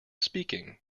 speaking